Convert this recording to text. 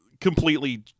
completely